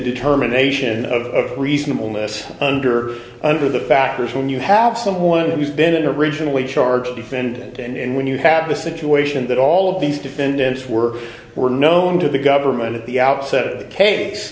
determination of reasonableness under under the factors when you have someone who has been originally charged defendant and when you have a situation that all of these defendants were were known to the government at the outset of the case